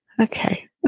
Okay